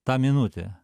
tą minutę